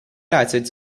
acids